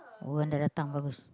orang dah datang bagus